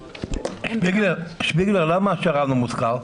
שפיגלר, למה השר"מ לא מוזכר?